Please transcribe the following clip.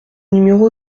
numéro